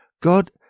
God